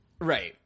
Right